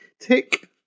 Tick